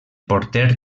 porter